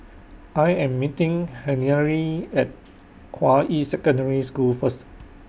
I Am meeting Henery At Hua Yi Secondary School First